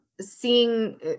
seeing